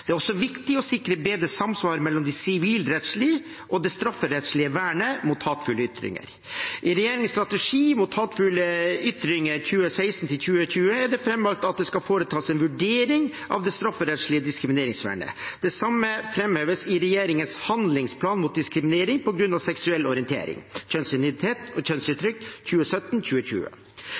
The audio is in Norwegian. Det er også viktig å sikre bedre samsvar mellom det sivilrettslige og det strafferettslige vernet mot hatefulle ytringer. I regjeringens strategi mot hatefulle ytringer 2016–2020 er det framholdt at det skal foretas en vurdering av det strafferettslige diskrimineringsvernet. Det samme framheves i regjeringens handlingsplan mot diskriminering på grunn av seksuell orientering, kjønnsidentitet og kjønnsuttrykk